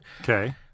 okay